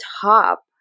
top